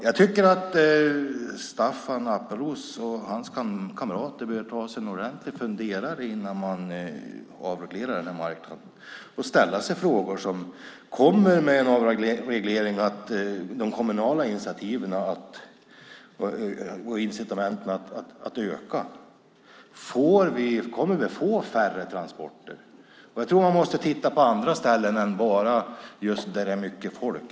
Jag tycker att Staffan Appelros och hans kamrater bör ta sig en ordentlig funderare innan de avreglerar den här marknaden. De bör ställa sig frågan om de kommunala initiativen och incitamenten kommer att öka med en avreglering. Och kommer vi att få färre transporter? Jag tror att man måste titta på andra ställen än där det är mycket folk.